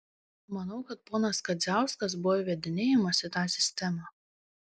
manau kad ponas kadziauskas buvo įvedinėjamas į tą sistemą